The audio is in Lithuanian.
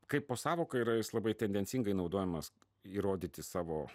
kaipo sąvoka yra jis labai tendencingai naudojamas įrodyti savo